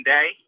Day